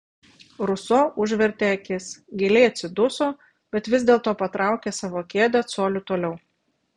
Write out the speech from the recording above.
ruso užvertė akis giliai atsiduso bet vis dėlto patraukė savo kėdę coliu toliau